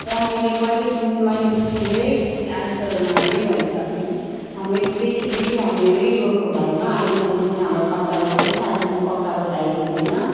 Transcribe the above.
र हामीले कहिलेदेखि मैले धेरै एन्सरमा यही भनी सकेँ कि हामी स्पेसल्ली चाहिँ हाम्रो यही रोडको बारेमा अहिलेसम्म पनि हाम्रो कच्चा रोडै छ अहिलेसम्म पक्का रोड आएको छैन